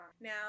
now